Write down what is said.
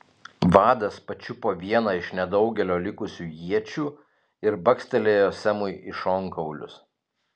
vadas pačiupo vieną iš nedaugelio likusių iečių ir bakstelėjo semui į šonkaulius